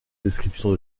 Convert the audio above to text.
descriptions